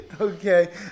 Okay